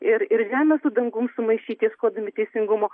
ir ir žemę su dangum sumaišyti ieškodami teisingumo